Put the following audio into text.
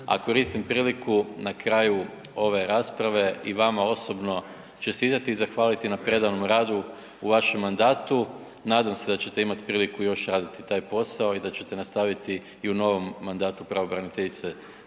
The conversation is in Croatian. A koristim priliku na kraju ove rasprave i vama osobno čestitati i zahvaliti na predanom radu u vašem mandatu. Nadam se da ćete imati priliku još raditi taj posao i da ćete nastaviti u novom mandatu pravobraniteljice